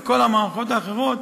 את כל המערכות האחרות,